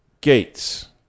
gates